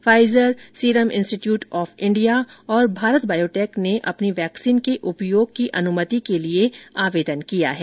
Pfizer Serum Institute of India और Bharat Biotech ने अपनी वैक्सीन के उपयोग की अनुमति के लिए आवेदन किया है